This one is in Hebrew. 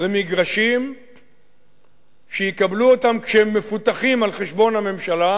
למגרשים שיקבלו אותם כשהם מפותחים על חשבון הממשלה,